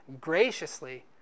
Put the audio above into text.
graciously